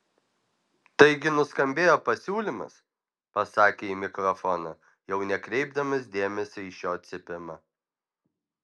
taigi nuskambėjo pasiūlymas pasakė į mikrofoną jau nekreipdamas dėmesio į šio cypimą